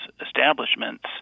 establishments